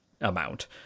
amount